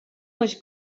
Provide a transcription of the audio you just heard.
was